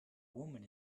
woman